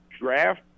draft